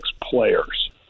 players